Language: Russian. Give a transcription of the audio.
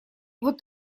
вот